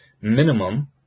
minimum